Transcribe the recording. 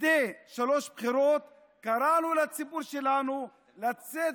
זה שלוש בחירות קראנו לציבור שלנו לצאת